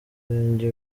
murenge